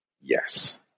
Yes